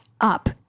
up